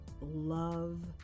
love